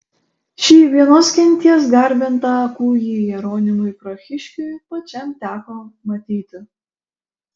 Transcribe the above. šį vienos genties garbintą kūjį jeronimui prahiškiui pačiam teko matyti